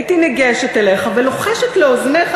הייתי ניגשת אליך ולוחשת לאוזניך,